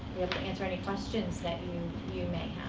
to answer any questions that you may